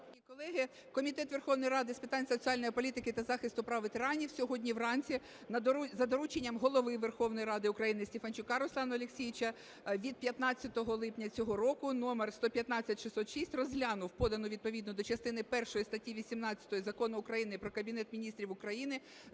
Шановні колеги, Комітет Верховної Ради з питань соціальної політики та захисту прав ветеранів сьогодні вранці за Дорученням Голови Верховної Ради України Стефанчука Руслана Олексійовича від 15 липня цього року №115606 розглянув подану відповідно до частини першої статті 18 Закону України "Про Кабінет Міністрів України"